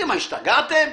מה, השתגעתם?